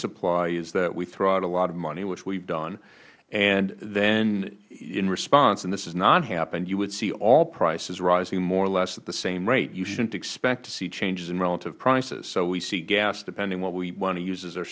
supply is that we throw out a lot of money which we have done and then in responseh and this has not happenedh you would see all prices rising more or less at the same rate you shouldn't expect to see changes in relative prices so we see gas depending what we want to use a